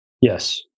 yes